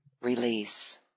release